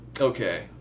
Okay